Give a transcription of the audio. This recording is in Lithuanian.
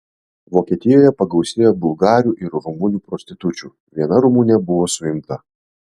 vokietijoje pagausėjo bulgarių ir rumunių prostitučių viena rumunė buvo suimta